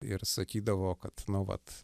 ir sakydavo kad nu vat